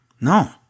No